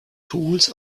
tools